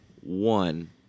one